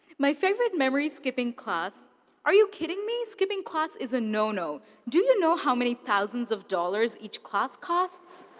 my favorite memory skipping class are you kidding me? skipping class is a no-no. do you know how many thousands of dollars each class costs?